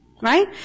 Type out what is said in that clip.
Right